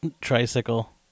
tricycle